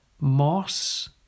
Moss